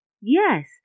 Yes